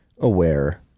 aware